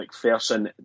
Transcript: McPherson